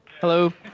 Hello